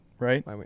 Right